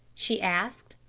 she asked.